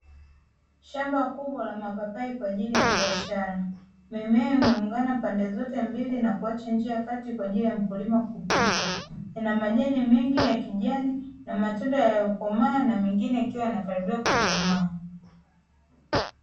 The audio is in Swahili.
Shamba kubwa la mapapai kwa ajili ya biashara. Mimea imeungana pande zote mbili na kuacha njia kati kwa ajili ya mkulima kupita. Ina majani mengi ya kijani na matunda yaliyokomaa na mengine yakiwa yanakaribia kukomaa.